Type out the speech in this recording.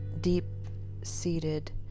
deep-seated